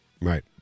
Right